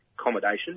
accommodation